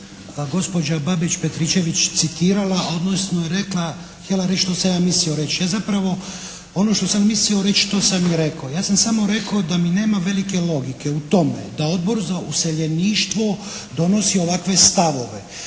gospođa Babić-Petričević citirala odnosno rekla, htjela reći što sam ja mislio reći. Ja zapravo ono što sam mislio reći to sam i rekao. Ja sam samo rekao da mi nema velike logike u tome da Odbor za useljeništvo donosi ovakve stavove.